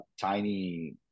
tiny